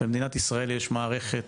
במדינת ישראל יש מערכת